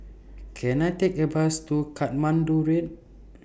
Can I Take A Bus to Katmandu Road